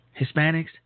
Hispanics